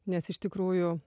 nes iš tikrųjų